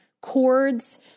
chords